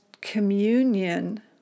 communion